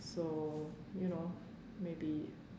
so you know maybe